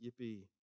Yippee